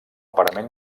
parament